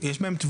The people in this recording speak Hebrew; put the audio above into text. יש בהם,